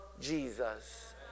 Jesus